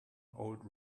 old